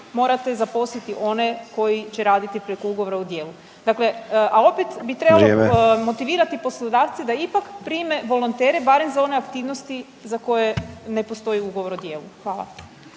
morate zaposliti one koji će raditi preko ugovora o djelu. …/Upadica Sanader: vrijeme./… A opet bi trebalo motivirati poslodavce da ipak prime volontere barem za one aktivnosti za koje ne postoji ugovor o djelu. Hvala.